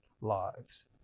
lives